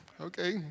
okay